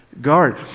guard